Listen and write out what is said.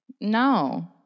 No